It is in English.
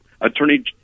Attorney